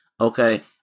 Okay